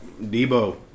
Debo